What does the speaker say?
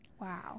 Wow